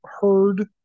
heard